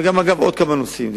ואגב עוד כמה נושאים,